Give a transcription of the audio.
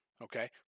Okay